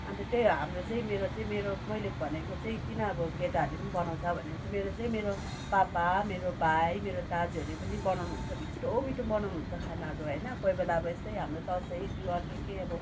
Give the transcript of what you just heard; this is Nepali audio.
अन्त त्यही हो हाम्रो चाहिँ मेरो चाहिँ मेरो मैले भनेको चाहिँ किन अब केटाहरूले बनाउँछ भन्यो भने चाहिँ मेरो चाहिँ मेरो बाबा मेरो भाइ मेरो दाजुहरूले पनि बनाउनु हुन्छ मिठो मिठो बनाउनु हुन्छ खानाहरू होइन कोही बेला अब यस्तै हाम्रो दसैँ तिहार के के अब